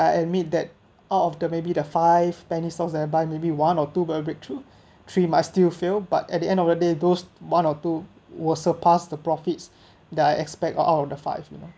I admit that out of the maybe the five penny stocks that I buy maybe one or two will breakthrough three might still fail but at the end of the day those one or two will surpass the profits that I expect out of the five you know